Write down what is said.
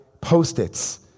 post-its